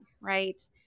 Right